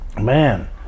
man